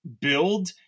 build